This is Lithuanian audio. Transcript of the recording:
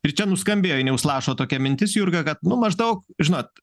ir čia nuskambėjo ainiaus lašo tokia mintis jurga kad nu maždaug žinot